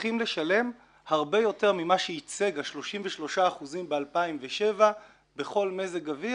הולכים לשלם הרבה יותר ממה שייצג ה-33% ב-2007 בכל מזג אוויר.